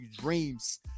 dreams